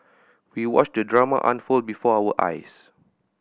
we watched the drama unfold before our eyes